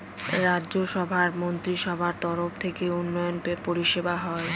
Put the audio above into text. রাজ্য সভার মন্ত্রীসভার তরফ থেকে উন্নয়ন পরিষেবা হয়